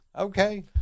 Okay